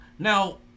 Now